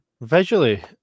Visually